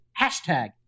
Hashtag